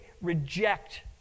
reject